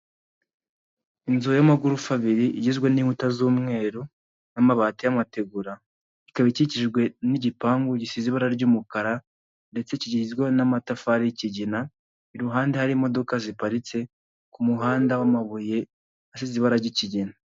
Inzu y'amagorofa abiri, igizwe n'inkuta z'umweru, n'amabati y'amategura, ikaba ikikijwe n'igipangu gisize ibara ry'umukara, ndetse kigizwe n'amatafari y'ikigina, iruhande hari imodoka ziparitse, ku muhanda w'amabuye, asize ibara ry'ikigina.